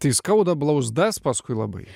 tai skauda blauzdas paskui labai